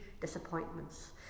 disappointments